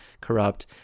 corrupt